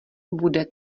bude